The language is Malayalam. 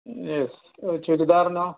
ചുരിദാറിനോ